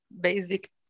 basic